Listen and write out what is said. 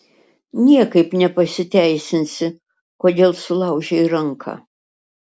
niekaip ne pasiteisinsi kodėl sulaužei ranką